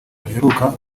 ruheruka